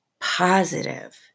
positive